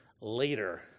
later